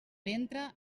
ventre